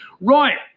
Right